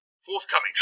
Forthcoming